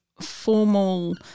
formal